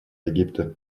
египта